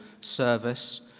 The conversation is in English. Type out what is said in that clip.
service